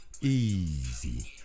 Easy